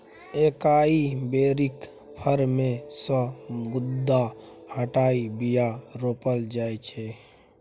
एकाइ बेरीक फर मे सँ गुद्दा हटाए बीया रोपल जाइ छै